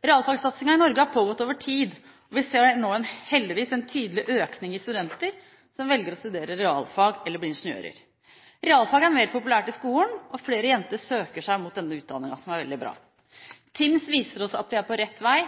Realfagsatsingen i Norge har pågått over tid, og vi ser nå heldigvis en tydelig økning i studenter som velger å studere realfag eller vil bli ingeniører. Realfag er mer populært i skolen, og flere jenter søker seg mot denne utdanningen – det er veldig bra. TIMSS viser oss at vi er på rett vei,